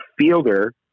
fielder